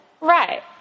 Right